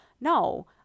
no